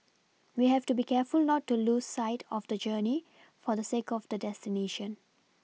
we have to be careful not to lose sight of the journey for the sake of the destination